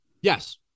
Yes